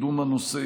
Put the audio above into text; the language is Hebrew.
האלה.